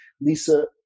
Lisa